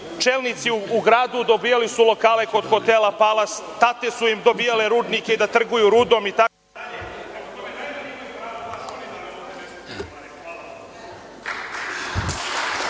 čelnici u gradu dobijali su lokale kod hotela „Palas“, tate su im dobijale rudnike da trguju rudom